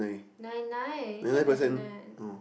ninety nine I said ninety nine